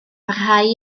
parhau